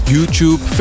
YouTube